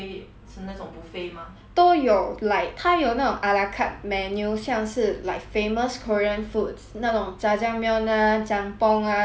都有 like 他有那种 ala carte menu 像是 like famous korean foods 那种 jajangmyeon ah jjampong ah 这些 like korean dishes